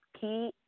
Key